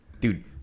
Dude